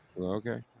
Okay